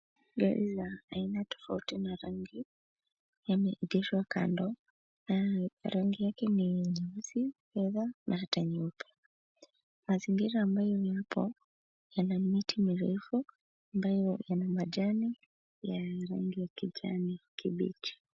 Gari la aina tofauti na rangi yameegeshwa kando na rangi yake ni nyeusi na hata nyeupe. Mazingira ambayo yapo yana miti mirefu ambayo yana majani ya rangi ya kijani kibichi.